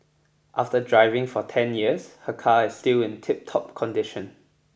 after driving for ten years her car is still in tiptop condition